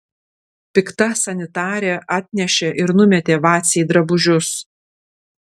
pikta sanitarė atnešė ir numetė vacei drabužius